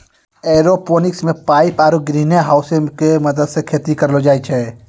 aeroponics मे pipe आरु ग्रीनहाउसो के मदत से खेती करलो जाय छै